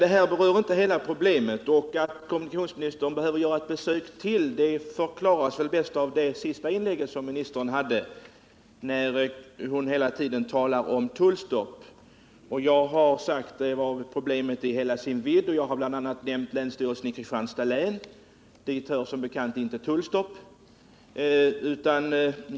Men därmed är inte hela problemet löst, och att kommunikationsministern behöver göra ytterligare ett besök i Skåne står klart, inte minst efter kommunikationsministerns senaste inlägg, där hon hela tiden talar om Tullstorp. Jag har tagit upp problemet i hela dess vidd och har bl.a. nämnt länsstyrelsen i Kristianstads län. Till Kristianstads län hör som bekant inte Tullstorp.